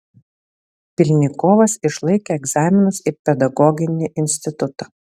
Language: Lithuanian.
pylnikovas išlaikė egzaminus į pedagoginį institutą